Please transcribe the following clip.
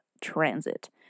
transit